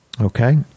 Okay